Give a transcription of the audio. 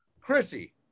Chrissy